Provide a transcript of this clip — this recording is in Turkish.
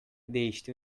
değişti